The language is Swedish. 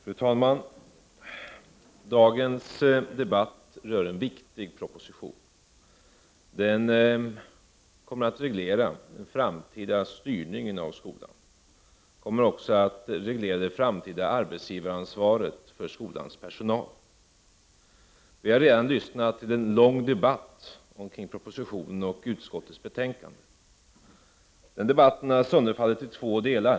Fru talman! Dagens debatt rör en viktig proposition. Den kommer att reglera den framtida styrningen av skolan. Den kommer också att reglera det framtida arbetsgivaransvaret för skolans personal. Vi har redan lyssnat till en lång debatt kring propositionen och utskottsbetänkandet. Den debatten har sönderfallit i två delar.